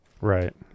Right